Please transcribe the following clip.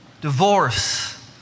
divorce